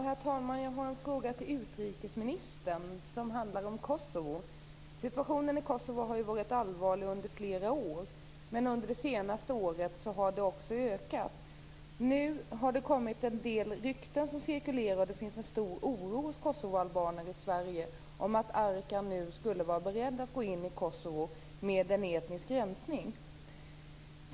Herr talman! Jag har en fråga till utrikesministern, som handlar om Kosovo. Situationen i Kosovo har ju varit allvarlig under flera år, men under det senaste året har det blivit värre. Nu cirkulerar en del rykten och det finns en stor oro hos kosovoalbaner i Sverige att Arkan nu skulle vara beredd att gå in i Kosovo med en etnisk rensning.